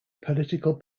political